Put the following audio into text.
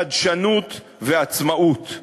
חדשנות ועצמאות,